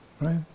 right